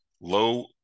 low